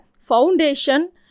foundation